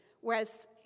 whereas